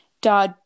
da